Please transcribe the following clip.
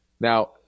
Now